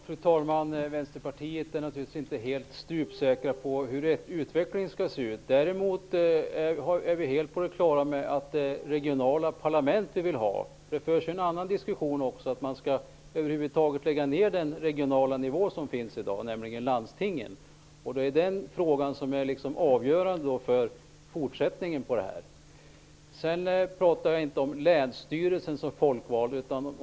Fru talman! Vi i Vänsterpartiet är naturligtvis inte helt stupsäkra på hur utvecklingen skall se ut. Däremot är vi helt på det klara med att vi vill ha regionala parlament. Det förs en annan diskussion om att man helt skall lägga ned en regional nivå som finns i dag, nämligen landstingen. Det är den frågan som är avgörande för fortsättningen på det hela. Jag talade inte om länsstyrelsen som folkvald.